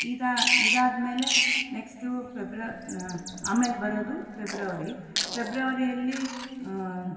ಇದಾ ಇದಾದಮೇಲೆ next Feb ಆಮೇಲೆ ಬರೋದು ಫೆಬ್ರವರಿ ಫೆಬ್ರವರಿಯಲ್ಲಿ